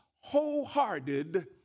wholehearted